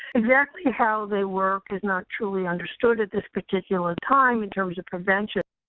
exactly how they work is not truly understood at this particular time in terms of prevention,